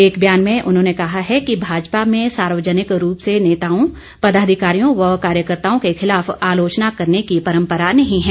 एक बयान में उन्होंने कहा है कि भाजपा में सार्वजनिक रूप से नेताओं पदाधिकारियों व कार्यकर्ताओं के खिलाफ आलोचना करने की परम्परा नहीं है